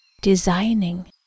designing